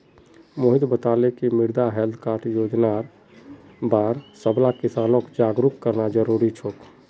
मोहित बताले कि मृदा हैल्थ कार्ड योजनार बार सबला किसानक जागरूक करना जरूरी छोक